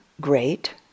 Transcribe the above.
Great